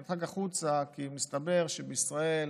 זה נדחק החוצה כי מסתבר שבישראל